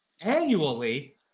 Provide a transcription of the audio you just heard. annually